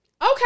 Okay